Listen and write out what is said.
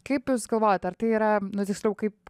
kaip jūs galvojat ar tai yra nu tiksliau kaip